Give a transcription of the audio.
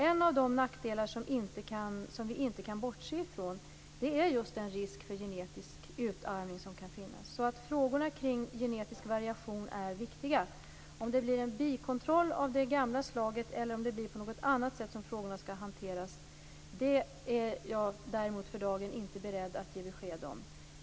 En av de nackdelar som man inte kan bortse ifrån är just risken för genetisk utarmning. Frågorna kring genetisk variation är alltså viktiga. Om det blir en bikontroll av det gamla slaget eller om det blir på något annat sätt som frågorna skall hanteras är jag för dagen däremot inte beredd att ge besked om.